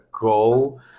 go